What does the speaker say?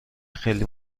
خیلی